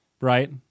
right